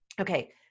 Okay